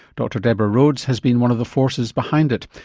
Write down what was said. dr deborah rhodes has been one of the forces behind it.